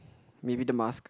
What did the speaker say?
maybe the mask